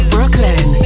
Brooklyn